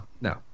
no